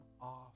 off